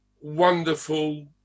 wonderful